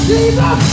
Jesus